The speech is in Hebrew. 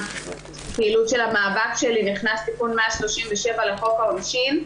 הפעילות של המאבק שלי נכנס תיקון 137 לחוק העונשין,